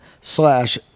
slash